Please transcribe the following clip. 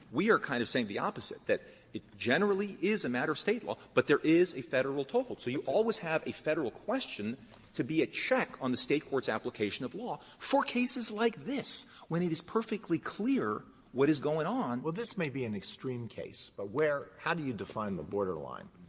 we are kind of saying the opposite, that it generally is a matter of state law, but there is a federal toll. so you always have a federal question to be a check on the state court's application of law for cases like this when it is perfectly clear what is going on. alito well, this may be an extreme case, but where how do you define the borderline?